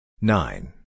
nine